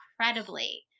Incredibly